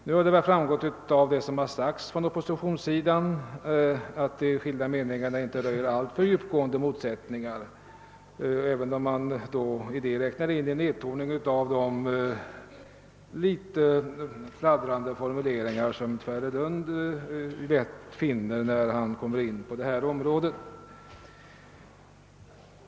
Men det har väl framgått av vad som sagts från oppositionssidan att de skilda meningarna inte röjer alltför djupgående motsättningar; man kan då räkna in en nedtoning av de litet fladdrande formuleringar som herr Nilsson i Tvärålund lätt finner när han kommer in på detta område.